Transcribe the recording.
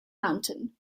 mountain